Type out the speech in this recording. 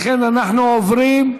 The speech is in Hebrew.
לכן, אנחנו עוברים,